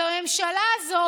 בממשלה הזאת,